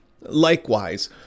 Likewise